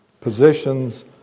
positions